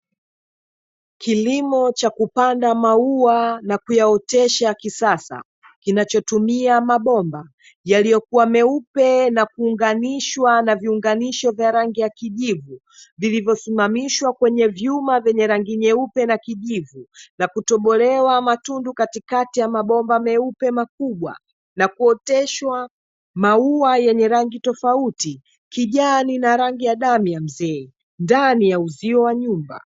Kilimo cha kupanda maua na kuyaotesha kisasa, kinachotumia mabomba yaliyokua meupe, na kuunganishwa na viunganisho vya rangi ya kijivu, vilivyosimamishwa kwenye vyuma vyenye rangi nyeupe na kijivu, na kutobolewa matundu katikati ya mabomba meupe makubwa na kuoteshwa maua yenye rangi tofauti; kijani na rangi ya damu ya mzee, ndani ya uzio wa nyumba.